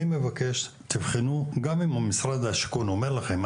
גם אם משרד השיכון אומר לכם,